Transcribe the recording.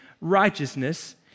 righteousness